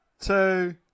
two